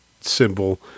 symbol